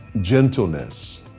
gentleness